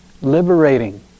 liberating